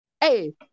Hey